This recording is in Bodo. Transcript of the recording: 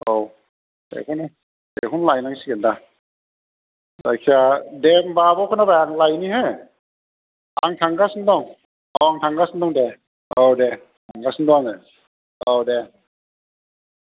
औ बेखायनो बेखौनो लायनांसिगोन दा जायखिया दे होनबा आब' खोनाबाय आं लायनि हो आं थांगासिनो दं औ आं थांगासिनो दं दे औ दे थांगासिनो दं आङो औ दे